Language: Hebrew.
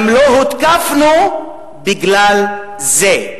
גם לא הותקפנו בגלל זה".